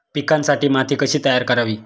पिकांसाठी माती कशी तयार करावी?